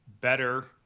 better